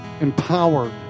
empowered